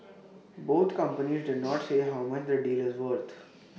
both companies did not say how much the deal is weren't